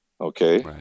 Okay